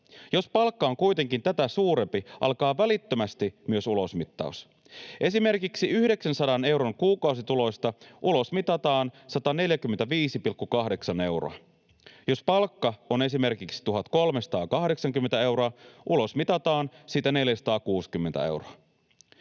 Jos palkka on kuitenkin tätä suurempi, alkaa välittömästi myös ulosmittaus. Esimerkiksi 900 euron kuukausituloista ulosmitataan 145,8 euroa. Jos palkka on esimerkiksi 1 380 euroa, ulosmitataan siitä 460 euroa.